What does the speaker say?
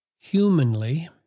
humanly